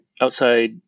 outside